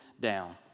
down